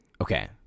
Okay